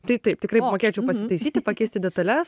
tai taip tikrai mokėčiau pasitaisyti pakeisti detales